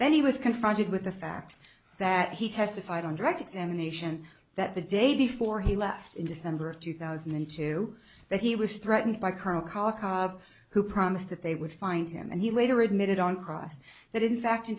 then he was confronted with the fact that he testified on direct examination that the day before he left in december of two thousand and two that he was threatened by colonel collar cobb who promised that they would find him and he later admitted on cross that in fact in